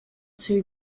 two